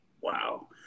Wow